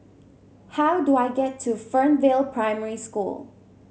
how do I get to Fernvale Primary School